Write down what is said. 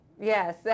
Yes